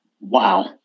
Wow